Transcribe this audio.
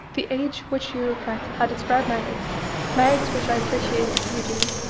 the age which you regret had its rare merits merits which i appreciate as you do.